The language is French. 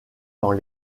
dans